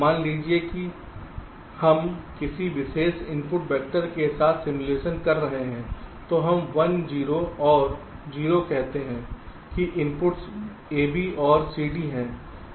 मान लीजिए कि हम किसी विशेष इनपुट वेक्टर के साथ सिमुलेशन कर रहे हैं तो हम 1 0 और 0 कहते हैं कि इनपुट्स A B और C हैं यह D है